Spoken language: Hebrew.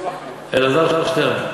אלעזר שטרן.